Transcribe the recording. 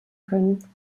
können